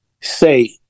say